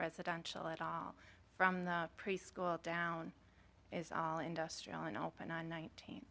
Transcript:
residential at all from preschool down is all industrial and open nineteen